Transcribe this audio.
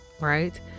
right